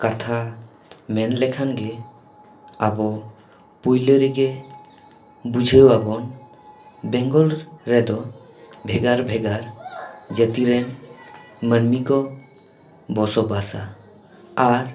ᱠᱟᱛᱷᱟ ᱢᱮᱱ ᱞᱮᱠᱷᱟᱱ ᱜᱮ ᱟᱵᱚ ᱯᱳᱭᱞᱳ ᱨᱮᱜᱮ ᱵᱩᱡᱷᱟᱹᱣ ᱟᱵᱚᱱ ᱵᱮᱝᱜᱚᱞ ᱨᱮᱫᱚ ᱵᱷᱮᱜᱟᱨ ᱵᱷᱮᱜᱟᱨ ᱡᱟᱹᱛᱤ ᱨᱮᱱ ᱢᱟᱹᱱᱢᱤ ᱠᱚ ᱵᱚᱥᱵᱟᱥᱟ ᱟᱨ